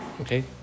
Okay